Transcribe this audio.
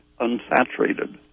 unsaturated